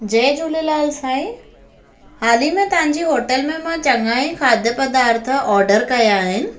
जय झूलेलाल साईं हाल ई में तव्हांजी होटल में मां चङा ई खाद्य पदार्थ ऑर्डर कया आहिनि